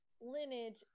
lineage